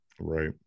Right